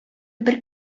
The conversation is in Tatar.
бер